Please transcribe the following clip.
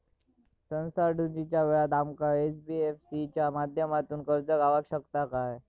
सणासुदीच्या वेळा आमका एन.बी.एफ.सी च्या माध्यमातून कर्ज गावात शकता काय?